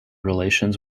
relations